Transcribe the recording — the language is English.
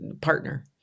partner